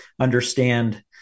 understand